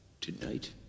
tonight